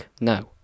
No